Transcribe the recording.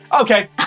Okay